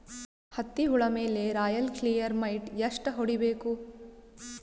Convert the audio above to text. ಹತ್ತಿ ಹುಳ ಮೇಲೆ ರಾಯಲ್ ಕ್ಲಿಯರ್ ಮೈಟ್ ಎಷ್ಟ ಹೊಡಿಬೇಕು?